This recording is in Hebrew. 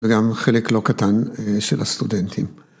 ‫וגם חלק לא קטן של הסטודנטים.